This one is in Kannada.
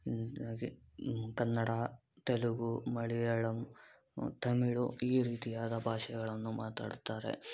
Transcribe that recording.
ಹಾಗೆ ಕನ್ನಡ ತೆಲುಗು ಮಲಯಾಳಂ ತಮಿಳು ಈ ರೀತಿಯಾದ ಭಾಷೆಗಳನ್ನು ಮಾತಾಡುತ್ತಾರೆ